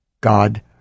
God